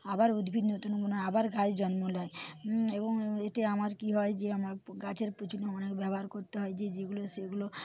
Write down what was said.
আবার উদ্ভিদ নতুন মানে আবার ঘাস জন্ম নেয় এবং এতে আমার কি হয় যে আমার গাছের পেছনে অনেক ব্যবহার করতে হয় যে যেগুলো সেগুলো